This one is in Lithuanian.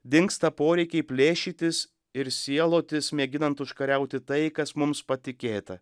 dingsta poreikiai plėšytis ir sielotis mėginant užkariauti tai kas mums patikėta